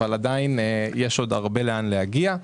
אבל עדיין יש עוד הרבה לאן להגיע.